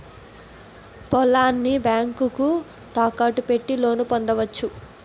పొలాన్ని బ్యాంకుకు తాకట్టు పెట్టి లోను పొందవచ్చు